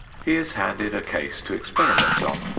he is handed a case to experiment on,